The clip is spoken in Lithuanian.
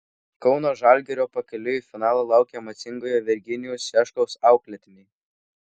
kauno žalgirio pakeliui į finalą laukia emocingojo virginijaus šeškaus auklėtiniai